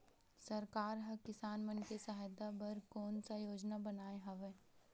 सरकार हा किसान मन के सहायता बर कोन सा योजना बनाए हवाये?